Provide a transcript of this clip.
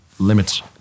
limits